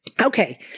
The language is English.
Okay